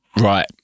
right